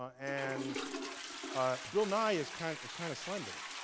ah and ah bill nye is kind of is kind of slender.